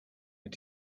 mit